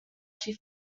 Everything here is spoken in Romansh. schi